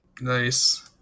Nice